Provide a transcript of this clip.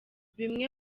bimwe